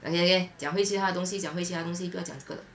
!aiya! anyway 讲回其他的东西讲回其他的东西不要讲这个